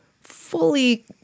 fully